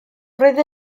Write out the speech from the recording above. roedd